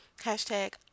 hashtag